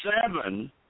seven